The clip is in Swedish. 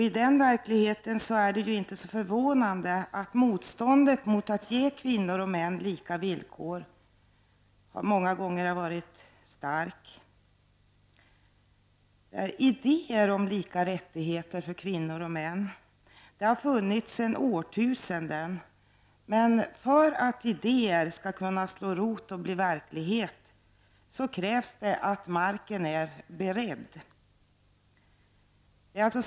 I den verkligheten är det inte förvånande att motståndet mot att ge kvinnor och män lika villkor har varit starkt. Idéer om lika rättigheter för kvinnor och män har funnits sedan årtusenden. Men för att idéer skall kunna slå rot och bli verklighet krävs att marken är beredd.